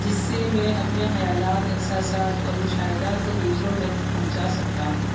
جس سے میں اپنے خیالات احساسات اور مشاہدات کو دوسروں تک پہنچا سکتا ہوں